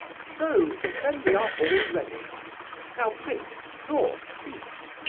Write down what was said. so then we are all ready now prince, draw, please.